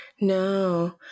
no